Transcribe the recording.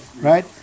Right